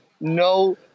no